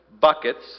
buckets